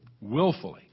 willfully